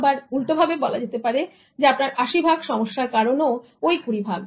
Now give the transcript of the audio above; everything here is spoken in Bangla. আবার উল্টো ভাবে বলা যেতে পারে যে আপনার আশিভাগ সমস্যার কারণ ওই কুড়ি ভাগ